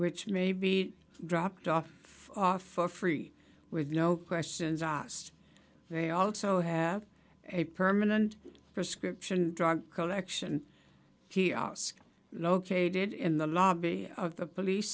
which may be dropped off for free with no questions asked they also have a permanent prescription drug called action hero ask located in the lobby of the police